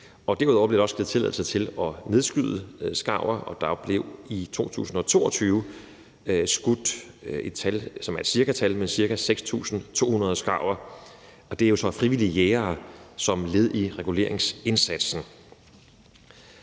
Derudover bliver der også givet tilladelse til at nedskyde skarver, og der blev i 2022 skudt ca. 6.200 skarver – og det er jo så af frivillige jægere – som led i reguleringsindsatsen.